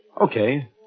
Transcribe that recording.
Okay